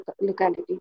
locality